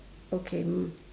okay